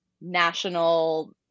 national